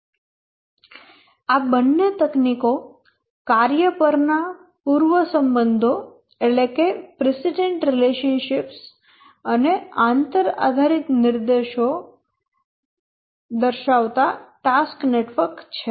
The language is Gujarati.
આ બંને તકનીકો કાર્ય પરના પૂર્વ સંબંધો અને આંતર આધારિત નિર્દેશો દર્શાવતા ટાસ્ક નેટવર્ક છે